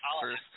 first